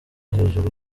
hejuru